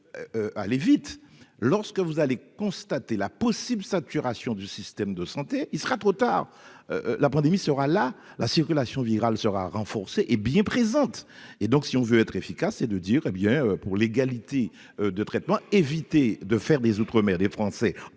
aller vite, lorsque vous allez constater la possible saturation du système de santé, il sera trop tard, la pandémie sera là la circulation virale sera renforcée et bien présente et donc si on veut être efficace et de dire hé bien, pour l'égalité de traitement, éviter de faire des outre-mer des Français